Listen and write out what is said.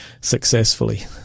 successfully